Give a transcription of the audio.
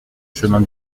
chemin